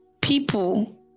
people